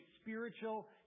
spiritual